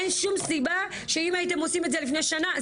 אין שום סיבה שאם הייתם עושים את זה לפני שנה,